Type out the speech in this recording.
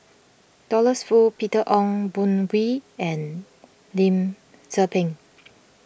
Douglas Foo Peter Ong Boon Kwee and Lim Tze Peng